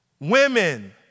Women